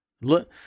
Look